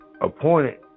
appointed